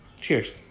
cheers